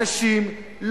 אנשים,